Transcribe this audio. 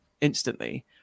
instantly